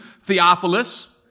Theophilus